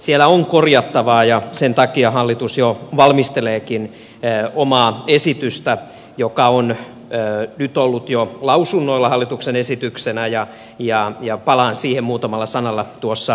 siellä on korjattavaa ja sen takia hallitus jo valmisteleekin omaa esitystä joka on nyt ollut jo lausunnoilla hallituksen esityksenä ja palaan siihen muutamalla sanalla lopussa